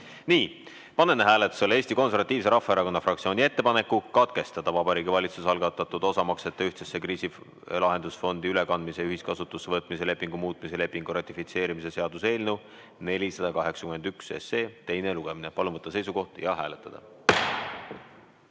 Nii. Panen hääletusele Eesti Konservatiivse Rahvaerakonna fraktsiooni ettepaneku katkestada Vabariigi Valitsuse algatatud osamaksete ühtsesse kriisilahendusfondi ülekandmise ja ühiskasutusse võtmise lepingu muutmise lepingu ratifitseerimise seaduse eelnõu 481 teine lugemine. Palun võtta seisukoht ja hääletada!